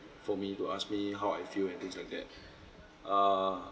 for me to ask me how I feel and things like that err